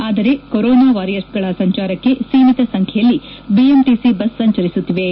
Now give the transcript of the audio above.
ಆದರೆ ಕೊರೊನಾ ವಾರಿಯರ್ಸ್ಗಳ ಸಂಚಾರಕ್ಕೆ ಸೀಮಿತ ಸಂಖ್ಣೆಯಲ್ಲಿ ಬಿಎಂಟಿಸಿ ಬಸ್ ಸಂಚರಿಸುತ್ತಿವೆ